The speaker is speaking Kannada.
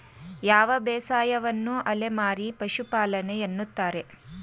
ಯಾವ ಬೇಸಾಯವನ್ನು ಅಲೆಮಾರಿ ಪಶುಪಾಲನೆ ಎನ್ನುತ್ತಾರೆ?